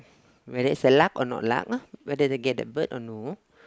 whether it's luck or no luck whether he get the bird or no